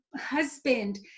husband